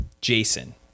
jason